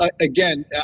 again